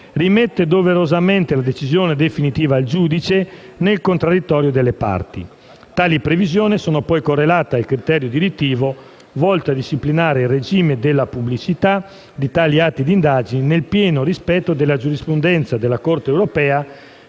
rimette doverosamente la decisione definitiva al giudice nel contraddittorio delle parti. Tali previsioni sono poi correlate al criterio direttivo volto a disciplinare il regime della pubblicità di tali atti di indagine, nel pieno rispetto della giurisprudenza della Corte europea,